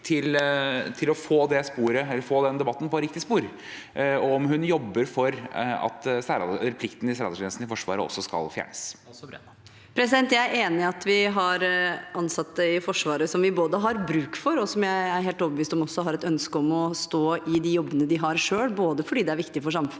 til å få den debatten på riktig spor, og om hun jobber for at plikten i særaldersgrensen i Forsvaret også skal fjernes. Statsråd Tonje Brenna Jeg er enig i at vi har ansatte i Forsvaret som vi har bruk for, og som jeg er helt overbevist om også selv har et ønske om å stå i de jobbene de har, både fordi det er viktig for samfunnet,